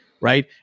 Right